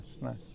nice